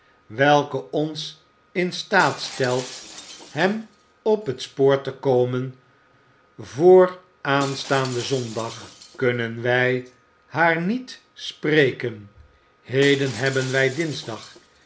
ons in staat stelt hem op het spoor te komen vr aanstaanden zondag kunnen wij haar nel spreken heden hebben wij dinsdag